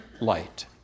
light